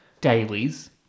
dailies